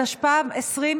התשפ"א 2021,